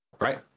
right